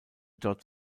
dort